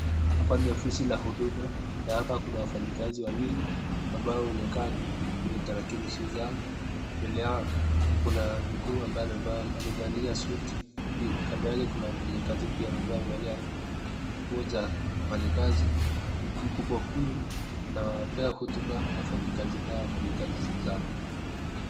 Hapa ni ofisi la huduma, na hapa kuna wafanyikazi wawili, amabao wamekaa kwenye talakilishi zao, alafu mbele yao kuna mkuu ambaye amevalia suti, kando yake kuna mfanyikazi wa huduma, na hapa kuna wafanyikazi wawili ambao wamekaa kwenye talakilishi zao mbele zao.